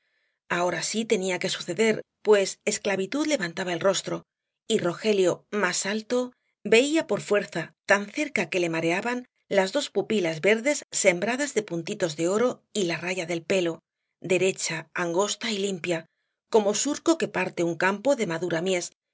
ahora sí tenía que suceder pues esclavitud levantaba el rostro y rogelio más alto veía por fuerza tan cerca que le mareaban las dos pupilas verdes sembradas de puntitos de oro y la raya del pelo derecha angosta y limpia como surco que parte un campo de madura